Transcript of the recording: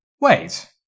Wait